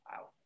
Wow